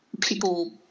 people